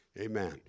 Amen